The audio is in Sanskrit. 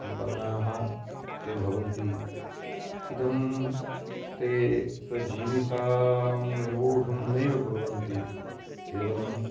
संपन्नाः ते भवन्ति इदं ते स्वजीविकां निर्वोढुं नैव कुर्वन्ति केवलं